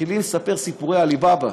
מתחילים לספר סיפורי עלי בבא.